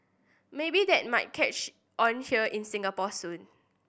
maybe that might catch on here in Singapore soon